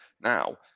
now